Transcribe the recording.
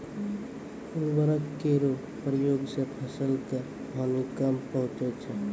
उर्वरक केरो प्रयोग सें फसल क हानि कम पहुँचै छै